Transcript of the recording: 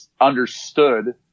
understood